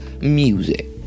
Music